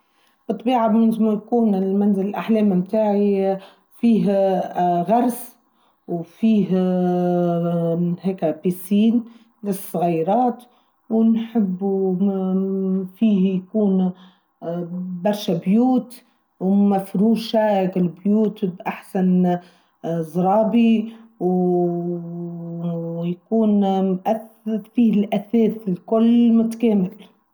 الطبيعة بيجمع يكون منزل الأحلام تاعي فيها غرس وفيها هيكا بيسين للصغيرات ونحبو فيه يكون برشا بيوت ومفروشة كل بيوت بأحسن زرابي ويكون فيه الأثاث الكل متكاملة.